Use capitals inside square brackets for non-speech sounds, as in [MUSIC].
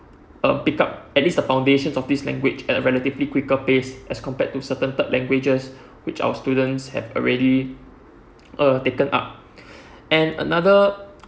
uh pick up at least a foundation of this language at a relatively quicker pace as compared to certain third languages [BREATH] which our students have already [NOISE] uh taken up [BREATH] and another [NOISE]